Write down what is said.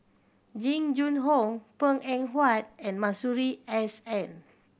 Jing Jun Hong Png Eng Huat and Masuri S N